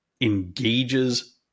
engages